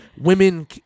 women